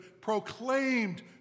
proclaimed